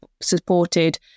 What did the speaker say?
supported